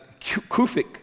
Kufic